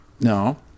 No